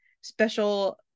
special